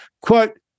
Quote